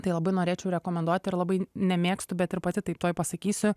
tai labai norėčiau rekomenduoti ir labai nemėgstu bet ir pati taip tuoj pasakysiu